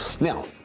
Now